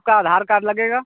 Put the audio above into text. उसमें आपका आधार कार्ड लगेगा